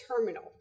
terminal